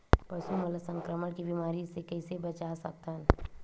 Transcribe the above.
पशु मन ला संक्रमण के बीमारी से कइसे बचा सकथन?